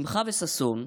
שמחה וששון,